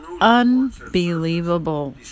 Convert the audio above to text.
unbelievable